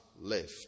left